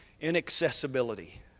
inaccessibility